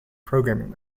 programming